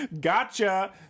Gotcha